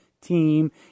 team